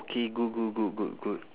okay good good good good good